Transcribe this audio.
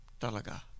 Talaga